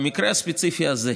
במקרה הספציפי הזה,